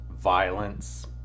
violence